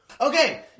Okay